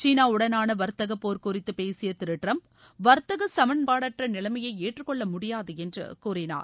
சீனா உடனாள வர்த்தக போர் குறித்து பேசிய திரு டிரம்ப் வர்த்தக சமன்பாடற்ற நிலைமையை ஏற்றுக்கொள்ள முடியாது என்று கூறினார்